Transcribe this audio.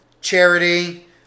Charity